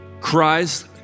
cries